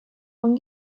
von